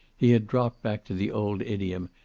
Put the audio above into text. he had dropped back to the old idiom,